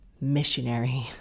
missionary